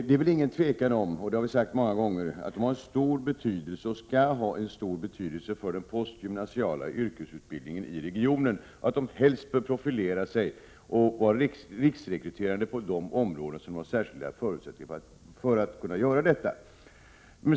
Det är inget tvivel om — det har vi sagt många gånger — att de har stor betydelse och skall ha stor betydelse för den postgymnasiala yrkesutbildningen i regionen och helst bör profilera sig och vara riksrekryterande på de områden där de har särskilda förutsättningar för detta.